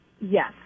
Yes